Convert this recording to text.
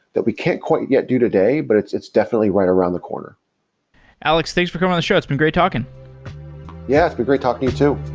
that we can't quite yet do today, but it's it's definitely right around the corner alex, thanks for coming on the show. it's been great talking yeah, it's been great talking to